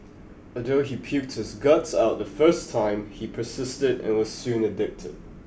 although he puked his guts out the first time he persisted and was soon addicted